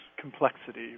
complexity